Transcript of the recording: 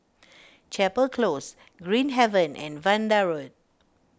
Chapel Close Green Haven and Vanda Road